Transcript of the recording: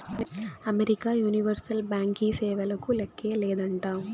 America universal బ్యాంకీ సేవలకు లేక్కే లేదంట